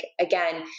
again